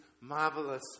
marvelous